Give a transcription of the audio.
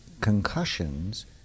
concussions